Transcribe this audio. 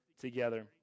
together